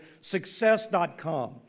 success.com